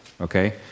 okay